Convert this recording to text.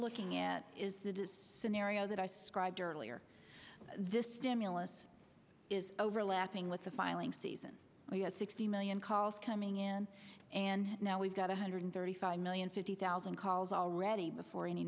looking at is the this scenario that i scribed earlier this stimulus is overlapping with the filing season we had sixty million calls coming in and now we've got one hundred thirty five million fifty thousand calls already before any